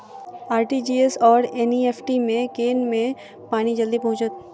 RTGS आओर NEFT मे केँ मे पानि जल्दी पहुँचत